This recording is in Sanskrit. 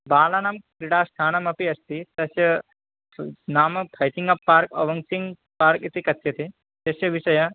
बालानां क्रीडास्थानमपि अस्ति तस्य नाम फ़ैकिङ्ग अप् पार्क् अवंसिन्घ् पार्क् इति कथ्यते यस्य विषयः